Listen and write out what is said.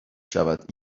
شود